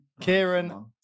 Kieran